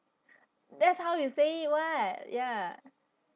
that's how you say it [what] ya